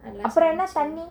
அப்ரோ என்ன தண்ணி:apro enna thanni